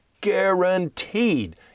guaranteed